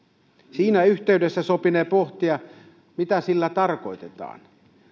siinä yhteydessä sopinee pohtia mitä sillä tarkoitetaan